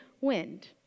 wind